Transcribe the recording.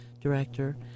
director